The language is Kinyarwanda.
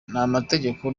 n’amategeko